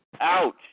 Ouch